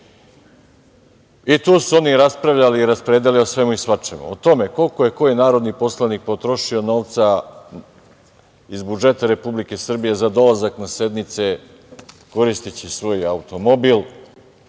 su oni raspravljali i raspredali o svemu i svačemu, o tome koliko je koji narodni poslanik potrošio novca iz budžeta Republike Srbije za dolazak na sednice koristeći svoj automobil,